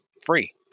Free